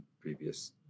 previous